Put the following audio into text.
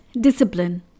Discipline